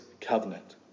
covenant